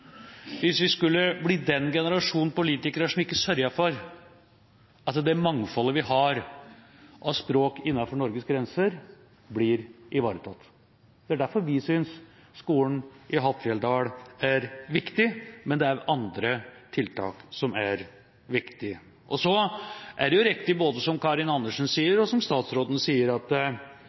hvis vi, denne generasjonen politikere, ikke sørger for at det mangfoldet vi har av språk innenfor Norges grenser, blir ivaretatt. Det er derfor vi synes skolen i Hattfjelldal er viktig, men det er også andre tiltak som er viktige. Så er det riktig, som både Karin Andersen og statsråden sier, at